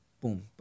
boom